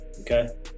Okay